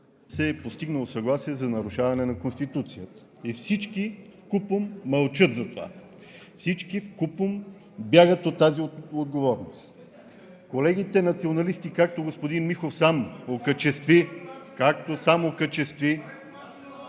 се е постигнало – за нарушаване на Конституцията. Всички вкупом мълчат за това, всички вкупом бягат от тази отговорност. Колегите националисти, както господин Михов сам окачестви (реплика от